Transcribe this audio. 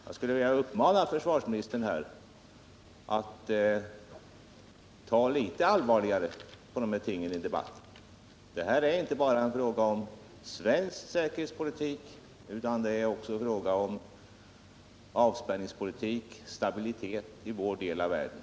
Jag skulle vilja uppmana försvarsministern att i debatten ta litet allvarligare på de här tingen. Det är inte bara en fråga om svensk säkerhetspolitik, utan det är också en fråga om avspänningspolitik och stabilitet i vår del av världen.